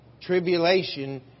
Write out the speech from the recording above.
tribulation